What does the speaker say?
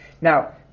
Now